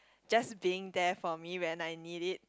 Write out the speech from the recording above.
just being there for me when I need it